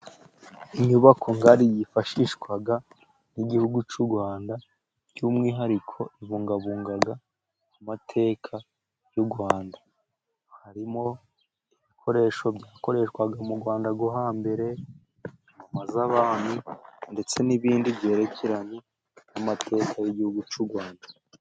Inyubako ngari yifashishwa, n'igihugu cy'u Rwanda, by'umwihariko ibungabunga amateka y'u Rwanda, harimo ibikoresho byakoreshwaga, mu Rwanda rwo hambere, ingoma z'abami ndetse n'ibindi byerekeranye, n'amateka y'igihugu cy'u Rwanda.